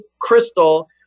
crystal